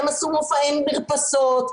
הם עשו מופעי מרפסות,